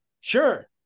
Sure